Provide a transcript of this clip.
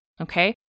Okay